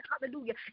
hallelujah